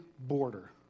border